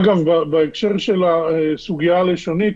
אגב, בהקשר של הסוגיה הראשונית,